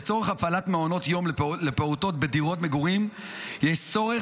לצורך הפעלת מעונות יום לפעוטות בדירות מגורים יש צורך